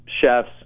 chefs